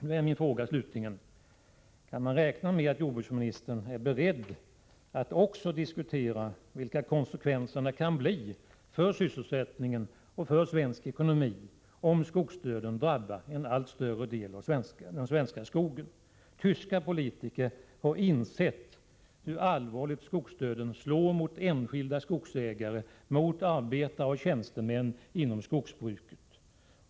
Nu är min fråga slutligen: Kan man räkna med att jordbruksministern är beredd att också diskutera vilka konsekvenserna kan bli för sysselsättningen och för svensk ekonomi om skogsdöden drabbar en allt större del av den svenska skogen? Tyska politiker har insett hur allvarligt skogsdöden slår mot enskilda skogsägare, mot arbetare och tjänstemän inom skogsbruket.